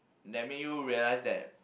that make you realise that